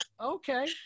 Okay